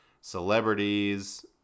celebrities